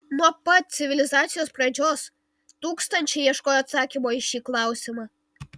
nuo pat civilizacijos pradžios tūkstančiai ieškojo atsakymo į šį klausimą